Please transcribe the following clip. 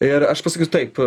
ir aš pasakysiu taip